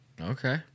Okay